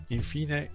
Infine